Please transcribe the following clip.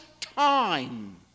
time